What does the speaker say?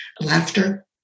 laughter